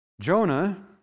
Jonah